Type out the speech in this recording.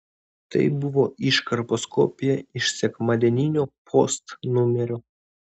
tai buvo iškarpos kopija iš sekmadieninio post numerio